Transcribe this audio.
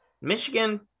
Michigan